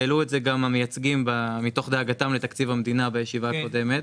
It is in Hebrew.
והעלו את זה גם המייצגים מתוך דאגתם לתקציב המדינה בישיבה הקודמת,